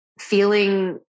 feeling